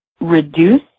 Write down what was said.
reduce